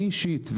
אני אישית,